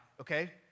okay